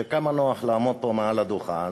וכמה נוח לעמוד פה מעל הדוכן,